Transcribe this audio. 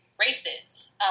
races